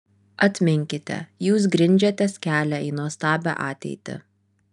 atminkite jūs grindžiatės kelią į nuostabią ateitį